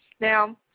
now